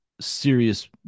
serious